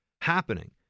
happening